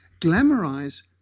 glamorize